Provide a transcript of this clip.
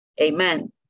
amen